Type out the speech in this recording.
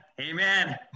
Amen